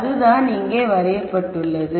அதுதான் இங்கே வரையப்பட்டுள்ளது